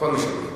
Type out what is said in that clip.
הכול משמים.